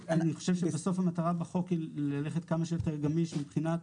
אני חושב שבסוף המטרה בחוק היא ללכת כמה שיותר גמיש מבחינת,